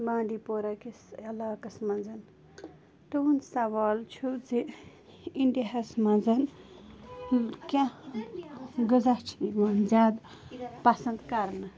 بانٛڈی پورَہ کِس علاقَس منٛز تُہُنٛد سوال چھُ زِ اِنڈیاہَس منٛز کیٛاہ غزا چھِ یِوان زیادٕ پَسَنٛد کَرنہٕ